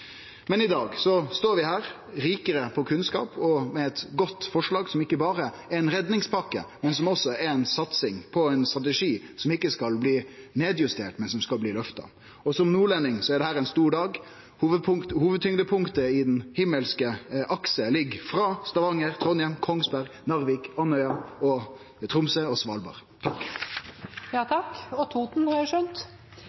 Men i dag står vi her, rikare på kunnskap og med eit godt forslag, som ikkje berre er ei redningspakke, men som også er ei satsing på ein strategi som ikkje skal nedjusterast, men løftast. Og for meg som nordlending er dette ein stor dag. Hovudtyngdepunktet i den himmelske aksen ligg frå Stavanger, Trondheim, Kongsberg, Narvik, Andøya, Tromsø og Svalbard.